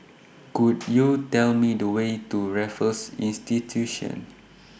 Could YOU Tell Me The Way to Raffles Institution